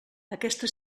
aquesta